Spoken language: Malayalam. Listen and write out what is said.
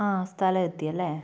ആ സ്ഥലം എത്തിയല്ലേ